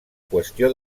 qüestió